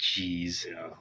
Jeez